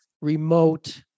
remote